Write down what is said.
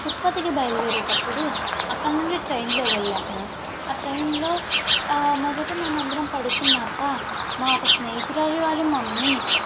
తిరుపతికి బయలు దేరేటప్పుడు అక్కడ నుండి ట్రైన్లో వెళ్ళాము ఆ ట్రైన్లో మొదట మేము అందరం పడుకున్నాక మా ఒక స్నేహితురాలు వాళ్ళ మమ్మీ